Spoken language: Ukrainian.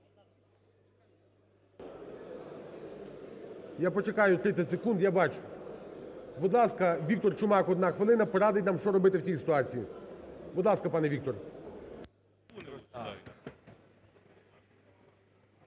Я почекаю 30 секунд, я бачу. Будь ласка, Віктор Чумак одна хвилина, порадить нам, що робити в цій ситуації. Будь ласка, пане Віктор.